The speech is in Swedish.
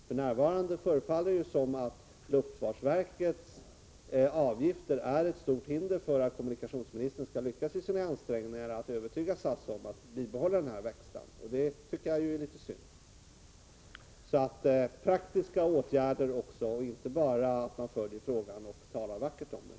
För närvarande förefaller det som om luftfartsverkets avgifter är ett stort hinder för att kommunikationsministern skall lyckas i sina ansträngningar att övertyga SAS om att bibehålla verkstaden, och det tycker jag är litet synd. Så låt oss se praktiska åtgärder, säg inte bara att man följer frågan och tala inte bara vackert om den!